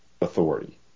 authority